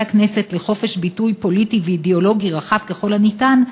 הכנסת לחופש ביטוי פוליטי ואידיאולוגי רחב ככל האפשר,